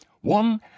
one